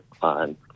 on